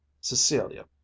Cecilia